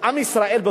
עם ישראל,